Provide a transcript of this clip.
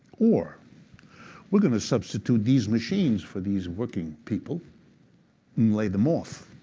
or we're going to substitute these machines for these working people and lay them off.